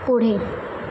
पुढे